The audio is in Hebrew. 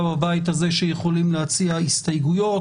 בבית הזה שיכולים להציע הסתייגויות,